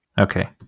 Okay